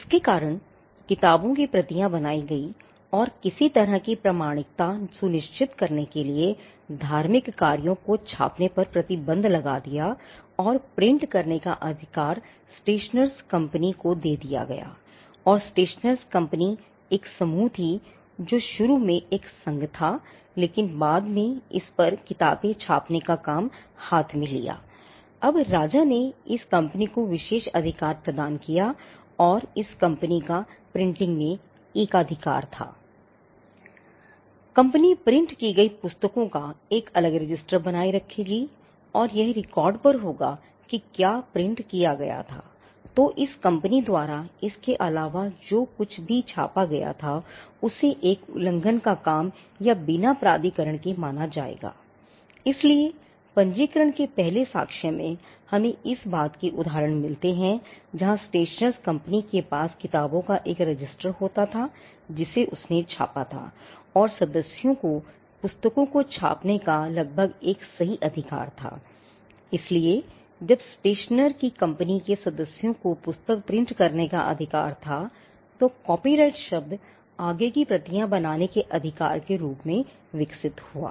इसके कारण किताबों की प्रतियां बनाई गईं और किसी तरह की प्रामाणिकता सुनिश्चित करने के लिए धार्मिक कार्यों को छापने पर प्रतिबंध लगा दिया गया और प्रिंट में एकाधिकार था कंपनी प्रिंट करने का अधिकार था तो कॉपीराइट शब्द आगे की प्रतियां बनाने के अधिकार के रूप में विकसित हुआ